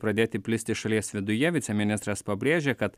pradėti plisti šalies viduje viceministras pabrėžė kad